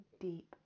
deep